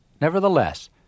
Nevertheless